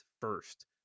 first